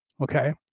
Okay